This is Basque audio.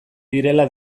direla